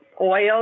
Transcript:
oil